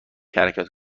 حرکت